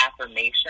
affirmation